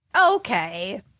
Okay